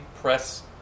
press